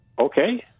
okay